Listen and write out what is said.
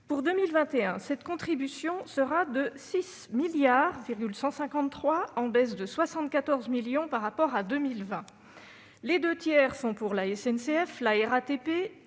Pour 2021 cette contribution s'élèvera à 6,153 milliards d'euros, en baisse de 74,2 millions par rapport à 2020. Les deux tiers sont pour la SNCF, la RATP